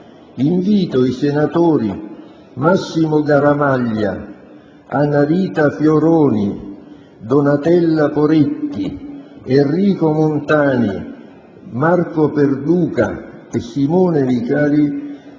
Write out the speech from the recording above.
invito i senatori Massimo Garavaglia, Anna Rita Fioroni, Donatella Poretti, Enrico Montani, Marco Perduca e Simona Vicari,